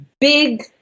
big